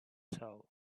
soul